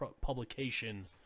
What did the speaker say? publication